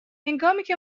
هنگامیکه